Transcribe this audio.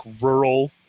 rural